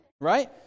Right